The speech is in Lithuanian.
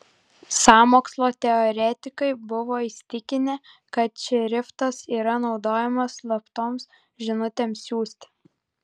sąmokslo teoretikai buvo įsitikinę kad šriftas yra naudojamas slaptoms žinutėms siųsti